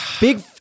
Big